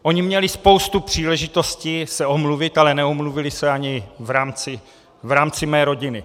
Oni měli spoustu příležitosti se omluvit, ale neomluvili se ani v rámci mé rodiny.